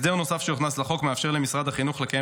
הסדר נוסף שהוכנס לחוק מאפשר למשרד החינוך לקיים